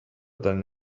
than